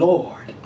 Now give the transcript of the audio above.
Lord